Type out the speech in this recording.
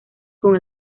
con